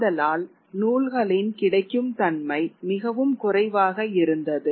ஆதலால் நூல்களின் கிடைக்கும் தன்மை மிகவும் குறைவாக இருந்தது